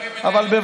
ככה אני, לא,